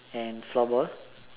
and floor ball